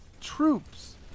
troops